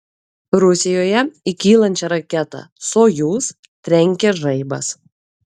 rusijoje į kylančią raketą sojuz trenkė žaibas